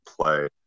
play